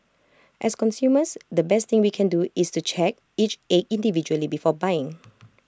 as consumers the best thing we can do is to check each egg individually before buying